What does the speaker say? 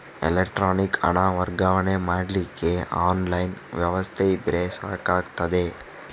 electronic ಹಣ ವರ್ಗಾವಣೆ ಮಾಡ್ಲಿಕ್ಕೆ ಆನ್ಲೈನ್ ವ್ಯವಸ್ಥೆ ಇದ್ರೆ ಸಾಕಾಗ್ತದೆ